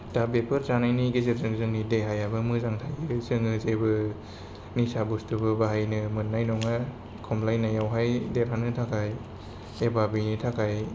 दा बेफोर जानायनि गेजेरजों जोंनि देहायाबो मोजां थायो जोङो जेबो निशा बुस्तुबो बाहायनो मोननाय नङा खमलायनायावहाय देरहानो थाखाय एबा बेनि थाखाय